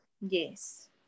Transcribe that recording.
yes